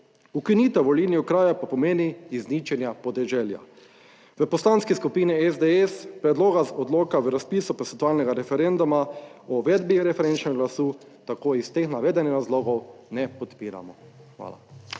Ukinitev volilnih okrajev pa pomeni izničenje podeželja. V Poslanski skupini SDS predloga odloka o razpisu posvetovalnega referenduma o uvedbi preferenčnega glasu tako iz teh navedenih razlogov ne podpiramo. Hvala.